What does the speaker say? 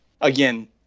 Again